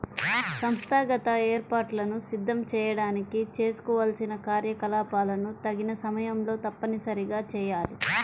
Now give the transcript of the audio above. సంస్థాగత ఏర్పాట్లను సిద్ధం చేయడానికి చేసుకోవాల్సిన కార్యకలాపాలను తగిన సమయంలో తప్పనిసరిగా చేయాలి